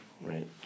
right